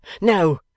No